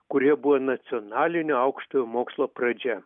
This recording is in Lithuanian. kurie buvo nacionalinio aukštojo mokslo pradžia